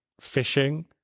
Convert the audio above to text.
fishing